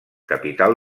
capital